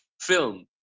film